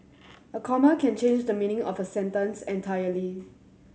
a comma can change the meaning of a sentence entirely